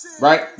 right